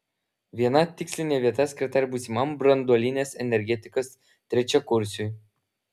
viena tikslinė vieta skirta ir būsimam branduolinės energetikos trečiakursiui